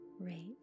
rate